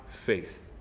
faith